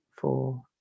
four